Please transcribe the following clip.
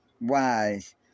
wise